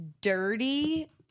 dirty